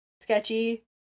sketchy